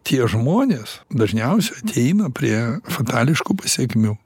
tie žmonės dažniausia ateina prie fatališkų pasekmių